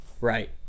Right